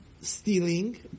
stealing